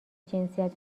جنسیت